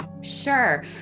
Sure